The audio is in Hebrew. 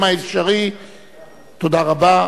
22 בעד,